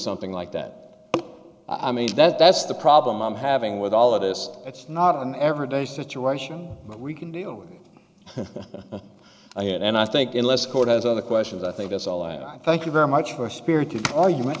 something like that i mean that's the problem i'm having with all of this it's not an everyday situation but we can deal with it and i think unless court has other questions i think that's all and i thank you very much for a spirited argument